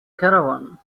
caravan